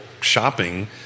shopping